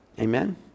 Amen